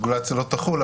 הרגולציה לא תחול,